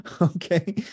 okay